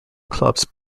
clubs